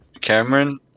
Cameron